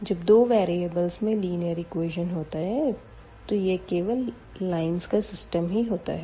जब दो वेरीअबलस में लिनीयर एकवेशन होता है तो यह केवल लाइंस का सिस्टम ही होता है